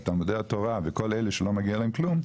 תלמודי התורה וכל אלה שלא מגיע להם כלום,